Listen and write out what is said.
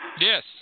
Yes